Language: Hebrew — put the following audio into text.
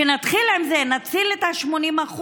כשנתחיל עם זה נציל את ה-80%,